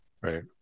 Right